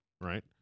right